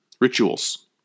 Rituals